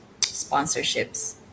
sponsorships